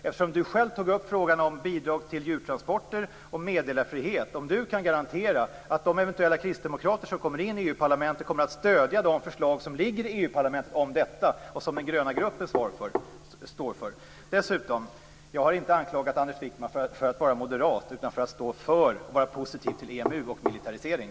Eftersom du själv tog upp frågorna om bidrag till djurtransporter och meddelarfrihet, frågade jag om du kan garantera att de eventuella kristdemokrater som kommer in i EU-parlamentet kommer att stödja de förslag om detta från den gröna gruppen som ligger i Jag har inte anklagat Anders Wijkman för att vara moderat utan för att vara positiv till EMU och militarisering.